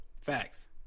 Facts